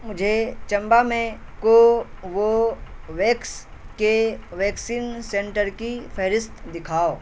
مجھے چمبہ میں کوووویکس کے ویکسین سینٹر کی فہرست دکھاؤ